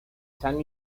san